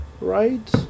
right